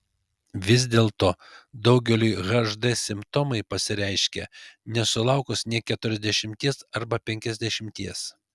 vis dėlto daugeliui hd simptomai pasireiškia nesulaukus nė keturiasdešimties arba penkiasdešimties